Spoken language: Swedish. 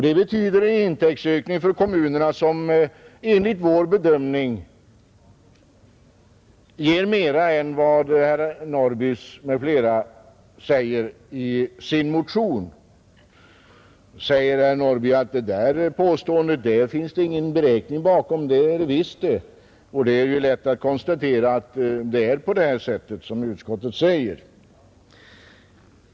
Det betyder en intäktsökning för kommunerna som enligt vår bedömning ger mera än vad herr Norrby m., fl. anger i motionen, Nu säger herr Norrby att det där påståendet finns det ingen beräkning bakom. Det gör det visst det, och det är lätt att konstatera att det förhåller sig så som utskottet skriver.